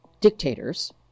dictators